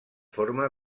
forma